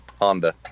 Honda